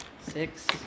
Six